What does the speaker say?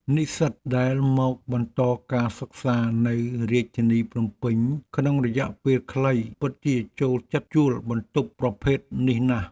និស្សិតដែលមកបន្តការសិក្សានៅរាជធានីភ្នំពេញក្នុងរយៈពេលខ្លីពិតជាចូលចិត្តជួលបន្ទប់ប្រភេទនេះណាស់។